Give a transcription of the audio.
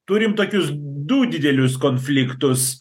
turim tokius du didelius konfliktus